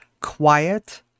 quiet